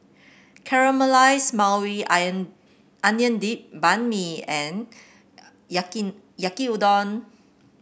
Caramelize Maui Ion Onion Dip Banh Mi and Yaki Yaki Udon